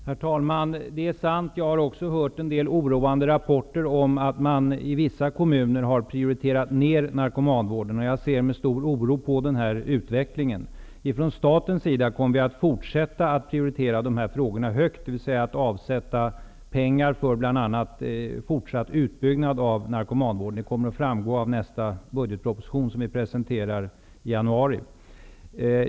Herr talman! Det som Anita Persson säger är sant. Också jag har tagit del av en del oroande rapporter om att man i vissa kommuner har prioriterat ner narkomanvården. Jag ser med stor oro på utvecklingen. Från statens sida kommer vi att fortsätta att prioritera narkomanvården högt, dvs. vi kommer att avsätta pengar för bl.a. fortsatt utbyggnad, vilket kommer att framgå av nästa budgetproposition som presenteras i januari.